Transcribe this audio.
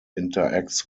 interacts